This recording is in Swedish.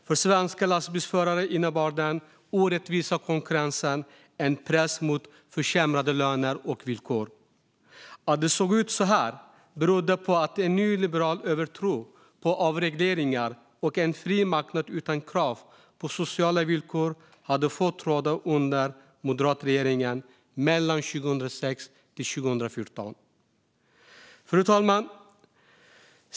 För svenska lastbilsförare innebar den orättvisa konkurrensen en press mot försämrade löner och villkor. Att det såg ut så här berodde på att en nyliberal övertro på avregleringar och en fri marknad utan krav på sociala villkor hade fått råda under moderatregeringen 2006-2014. Fru talman!